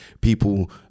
people